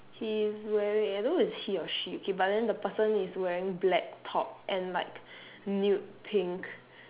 he is wearing I don't know it's he or she okay but then the person is wearing black top and like nude pink